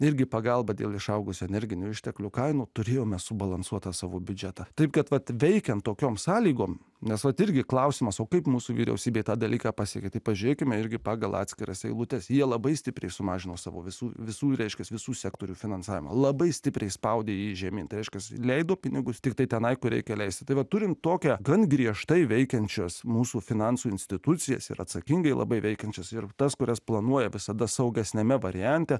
irgi pagalbą dėl išaugusio energinių išteklių kainų turėjome subalansuotą savo biudžetą taip kad veikiant tokiom sąlygom nes vat irgi klausimas o kaip mūsų vyriausybė tą dalyką pasiekė tai pažiūrėkime irgi pagal atskiras eilutes jie labai stipriai sumažino savo visų visų reiškiasi visų sektorių finansavimą labai stipriai spaudė žemyn reiškiasi leido pinigus tiktai tenai kur reikia leisti tave turint tokią gan griežtai veikiančios mūsų finansų institucijas ir atsakingai labai veikiančios ir tas kurias planuoja visada saugesniame variante